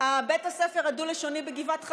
בית הספר הדו-לשוני בגבעת חביבה,